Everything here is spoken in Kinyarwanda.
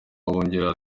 bongeraho